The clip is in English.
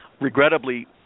Regrettably